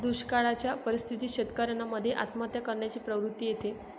दुष्काळयाच्या परिस्थितीत शेतकऱ्यान मध्ये आत्महत्या करण्याची प्रवृत्ति येते